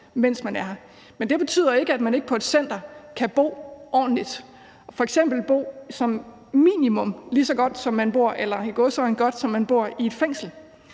mens man er her. Men det betyder ikke, at man ikke på et center kan bo ordentligt, f.eks. som minimum bo lige så godt – i gåseøjne – som man bor i et fængsel.